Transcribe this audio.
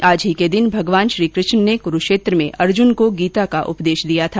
आज ही के दिन भगवान श्रीकृष्ण ने कुरूक्षेत्र में अर्जुन को गीता का उपदेश दिया था